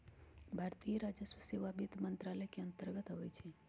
भारतीय राजस्व सेवा वित्त मंत्रालय के अंतर्गत आबइ छै